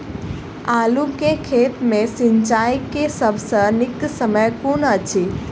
आलु केँ खेत मे सिंचाई केँ सबसँ नीक समय कुन अछि?